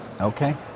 Okay